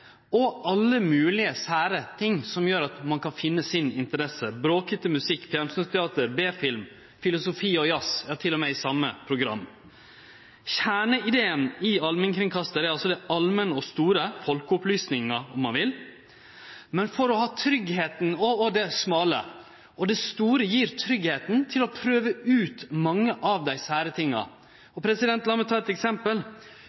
og alle moglege sære ting, som gjer at ein kan finne sin interesse: bråkete musikk, fjernsynsteater, B-film, filosofi og jazz – ja, til og med i same program. Kjerneideen i allmennkringkastarmodellen er altså det allmenne og store, folkeopplysninga, om ein vil, og det smale. Det store gjev tryggleik til å prøve ut mange av dei sære tinga.